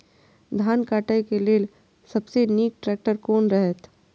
धान काटय के लेल सबसे नीक ट्रैक्टर कोन रहैत?